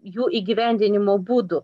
jų įgyvendinimo būdų